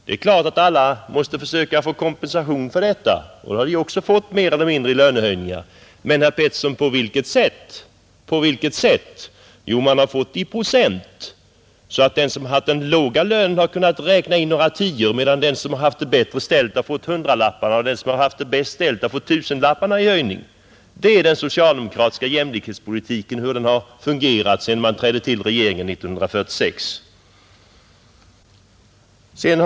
Det är klart att alla måste försöka få kompensation för detta, och det har de också fått — mer eller mindre — i lönehöjningar. Men på vilket sätt, herr Pettersson? Jo, man har fått det i procent, så att den som har haft låg lön kunnat räkna in några tior, medan den som haft det bättre ställt har fått hundralappar och den som haft det bäst ställt fått tusenlappar i höjning. Det är så den socialdemokratiska jämlikhetspolitiken har fungerat sedan partiet trädde till i regeringsställning 1946.